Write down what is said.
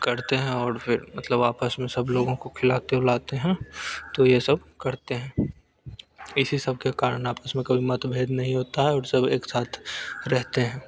करते हैं और फिर मतलब आपस में सब लोगों को खिलाते उलाते हैं तो ये सब करते हैं इसी सब के कारण आपस में कभी मतभेद नहीं होता है और सब एक साथ रहते हैं